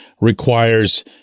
requires